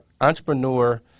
entrepreneur